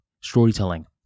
storytelling